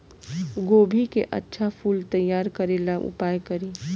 गोभी के अच्छा फूल तैयार करे ला का उपाय करी?